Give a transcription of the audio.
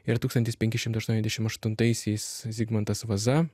ir tūkstantis penki šimtai aštuoniasdešim aštuntaisiais zigmantas vaza